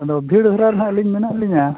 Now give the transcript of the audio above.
ᱟᱫᱚ ᱵᱷᱤᱲ ᱫᱷᱟᱨᱟ ᱨᱮ ᱦᱟᱜ ᱟᱹᱞᱤᱧ ᱢᱮᱱᱟᱜ ᱞᱤᱧᱟ